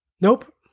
Nope